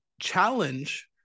challenge